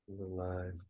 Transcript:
alive